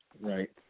right